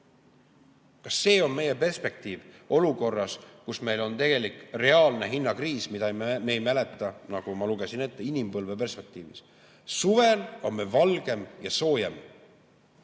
Kas see on meie perspektiiv olukorras, kus meil on tegelik reaalne hinnakriis, millist me ei mäleta, nagu ma ette lugesin, inimpõlve perspektiivis? Suvel on meil valgem ja soojem